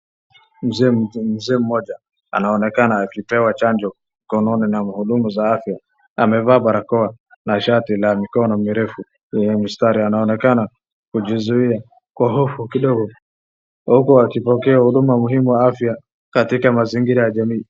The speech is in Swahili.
Mzee mmoja anaonekana akipewa chanjo mkononi na mhudumu wa afya, amevaa barakoa na shati la mikono mirefu yenye mistari, anaonekana kujizuia kwa hofu kidogo huku wakipokea huduma muhimu ya afya katika mazingira ya jamii.